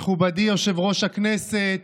מכובדי יושב-ראש הכנסת,